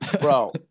bro